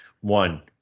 One